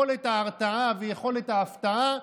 יכולת ההרתעה ויכולת ההפתעה.